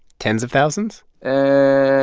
tens of thousands? and